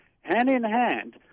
hand-in-hand